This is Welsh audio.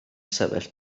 sefyll